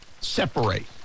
separate